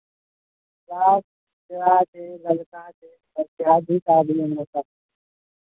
उजरा उजरा छै ललका छै बस इएह दू टा गुलाब छै